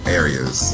areas